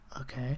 okay